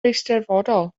eisteddfodol